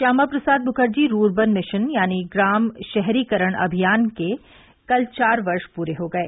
Shyama Prasad Mukherjee rurban mission यानी ग्राम शहरीकरण अभियान के कल चार वर्ष पूरे हो गये